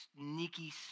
sneaky